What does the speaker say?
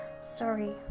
sorry